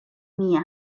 mia